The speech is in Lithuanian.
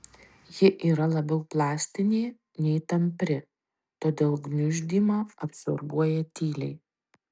ji yra labiau plastinė nei tampri todėl gniuždymą absorbuoja tyliai